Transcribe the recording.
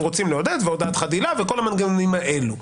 רוצים לעודד והודעת חדילה וכל המנגנונים האלו.